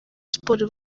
sports